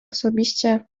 osobiście